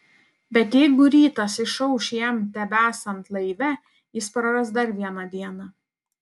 bet jeigu rytas išauš jam tebesant laive jis praras dar vieną dieną